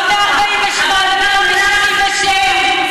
לא מ-48' ולא מ-67'.